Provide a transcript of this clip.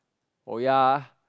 oh ya